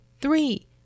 three